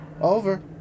Over